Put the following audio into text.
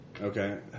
Okay